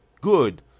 good